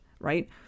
right